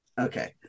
Okay